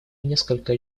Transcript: несколько